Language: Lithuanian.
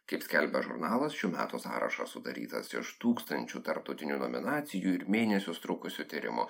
kaip skelbia žurnalas šių metų sąrašas sudarytas iš tūkstančių tarptautinių nominacijų ir mėnesius trukusių tyrimų